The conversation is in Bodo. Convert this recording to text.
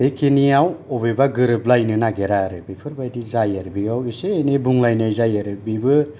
बेखिनियाव अबेबा गोरोबलायनो नागिरा आरो बेफोरबायदि जायो आरो बियाव एसे एनै बुंलायनाय जायो आरो बेबो